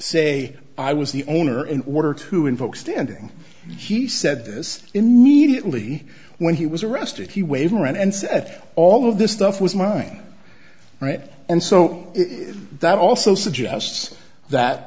say i was the owner in order to invoke standing he said this immediately when he was arrested he waved around and said all of this stuff was mine right and so that also suggests that